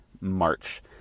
march